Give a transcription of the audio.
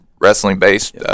wrestling-based